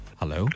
hello